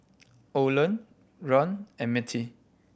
Orland Rand and Mettie